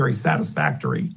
very satisfactory